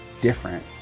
different